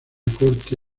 corte